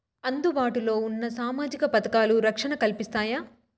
అందుబాటు లో ఉన్న సామాజిక పథకాలు, రక్షణ కల్పిస్తాయా?